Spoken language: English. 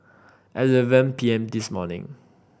eleven P M this morning